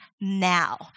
now